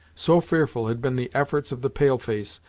so fearful had been the efforts of the pale-face,